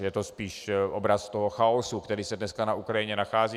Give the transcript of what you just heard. Je to spíše obraz chaosu, který se dnes na Ukrajině nachází.